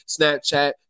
Snapchat